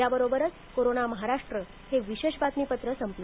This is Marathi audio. याबरोबरच कोरोना महाराष्ट्र हे विशेष बातमीपत्र संपलं